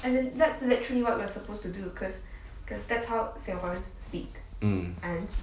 um